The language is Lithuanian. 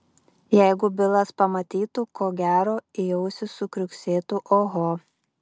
jeigu bilas pamatytų ko gero į ausį sukriuksėtų oho